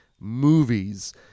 movies